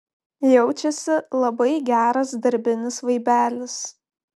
jaučiasi labai geras darbinis vaibelis